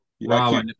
Wow